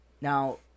now